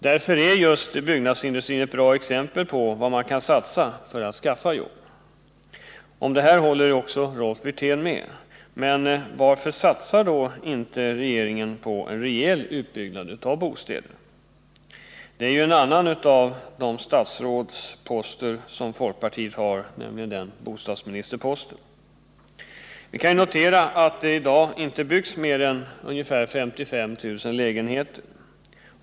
Därför är just byggnadsindustrin ett bra exempel på vad man kan satsa på för att skaffa jobb. Även Rolf Wirtén håller med om detta. Varför satsar då inte regeringen på en rejäl utbyggnad av bostäder? Bostadsministerposten är ju en av de statsrådsposter som folkpartiet innehar. Vi kan ju notera att det i dag inte byggs mer än ca 55 000 lägenheter.